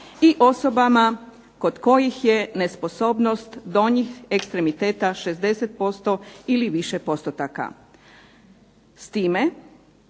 i osobama kod kojih je nesposobnost donjih ekstremiteta 60% ili više postotaka, s time